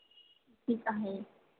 ठीक आहे